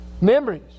memories